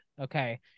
okay